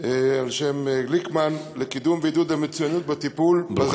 על-שם גליקמן לקידום ועידוד המצוינות בטיפול ברכבת ישראל.